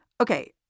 Okay